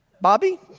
Bobby